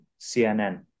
CNN